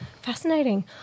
fascinating